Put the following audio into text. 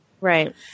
Right